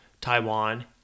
Taiwan